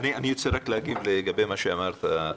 אני רוצה להגיב למה שאמרת.